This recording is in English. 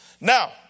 Now